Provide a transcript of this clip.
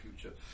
future